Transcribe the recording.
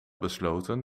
besloten